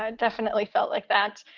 ah definitely felt like that.